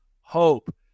hope